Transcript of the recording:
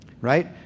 Right